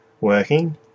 working